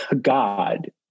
God